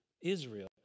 Israel